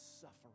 suffering